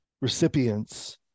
recipients